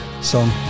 song